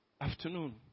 afternoon